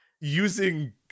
using